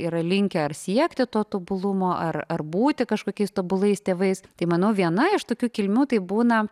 yra linkę ar siekti tobulumo ar ar būti kažkokiais tobulais tėvais tai manau viena iš tokių kilmių tai būna